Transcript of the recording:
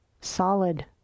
solid